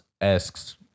asks